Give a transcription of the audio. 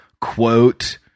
quote